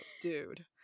dude